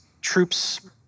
troops